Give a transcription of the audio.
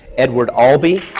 edward albee.